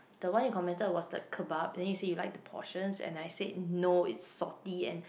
the one you commented was like kebab then you said you like the portions and I said no it's salty and